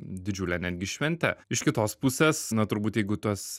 didžiule netgi švente iš kitos pusės na turbūt jeigu tuos